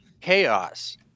chaos